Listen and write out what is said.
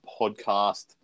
podcast